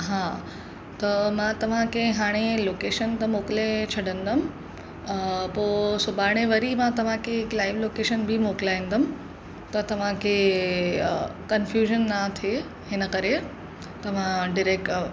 हा त मां तव्हांखे हाणे लोकेशन त मोकिले छॾिंदमि पो सुभाणे वरी मां तव्हांखे हिकु लाइव लोकेशन बि मोकिलींदमि त तव्हांखे कंफ्यूजन न थिए हिन करे त मां डिरेक्ट